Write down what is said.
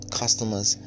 customers